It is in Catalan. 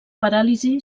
paràlisi